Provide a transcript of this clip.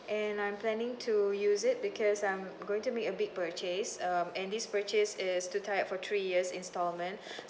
and I'm planning to use it because I'm going to make a big purchase um and this purchase is to tie up for three years instalment